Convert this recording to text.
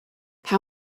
how